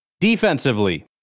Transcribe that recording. Defensively